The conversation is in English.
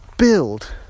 Build